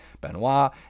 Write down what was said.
benoit